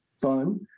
fun